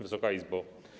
Wysoka Izbo!